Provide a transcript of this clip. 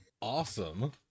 awesome